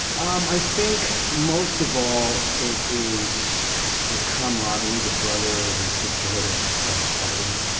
um i think most of all it is the camaraderie, the brother and sisterhood of of fighting.